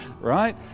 right